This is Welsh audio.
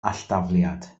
alldafliad